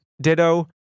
Ditto